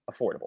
affordable